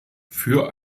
für